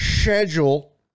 schedule